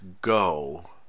go